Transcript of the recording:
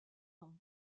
nom